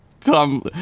Tom